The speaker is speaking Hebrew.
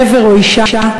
גבר או אישה,